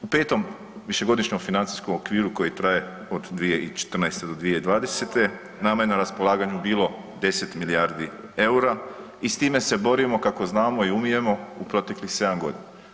U 5. višegodišnjem financijskom okviru koji traje od 2014.-2020., nama je na raspolaganju bilo 10 milijardi eura i s time se borimo kako znamo i umijemo u proteklih 7 godina.